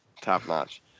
top-notch